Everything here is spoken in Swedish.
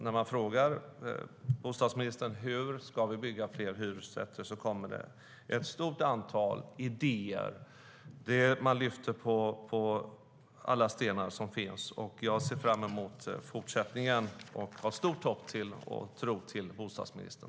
När man frågar bostadsministern hur vi ska kunna bygga fler hyresrätter kommer det ett stort antal idéer. Man lyfter på alla stenar som finns. Jag ser fram emot fortsättningen och har stor tilltro till bostadsministern.